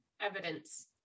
evidence